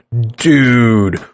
dude